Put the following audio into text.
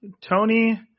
Tony